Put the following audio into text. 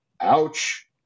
ouch